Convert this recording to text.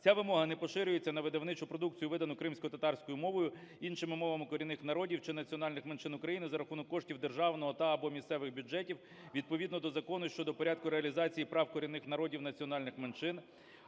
Ця вимога не поширюється на видавничу продукцію, видану кримськотатарською мовою, іншими мовами корінних народів чи національних меншин України за рахунок коштів державного та/або місцевих бюджетів відповідно до Закону щодо порядку реалізації прав корінних народів національних меншин."